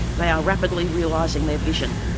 they are rapidly realising their vision.